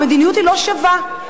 המדיניות היא לא שווה.